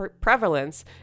prevalence